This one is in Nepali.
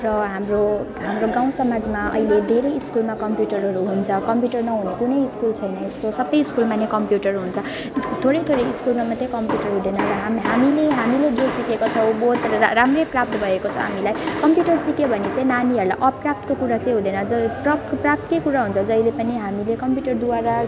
र हाम्रो हाम्रो गाउँसमाजमा अहिले धेरै स्कुलमा कम्प्युटरहरू हुन्छ कम्प्युटर नहुने कुनै स्कुल छैन यस्तो सबै स्कुलमा नै कम्प्युटर हुन्छ थोरै थोरै स्कुलमा मात्रै कम्प्युटर हुँदैन र हामी हामीले हामीले जो सिकेका छौँ बहुत राम्रै प्राप्त भएको छ हामीलाई कम्प्युटर सिक्यो भने चाहिँ नानीहरूलाई अप्राप्तको कुरा चाहिँ हुँदैन जो प्राप्त प्राप्तकै कुरा हुन्छ जहिले पनि हामीले कम्प्युटरद्वारा